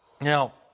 Now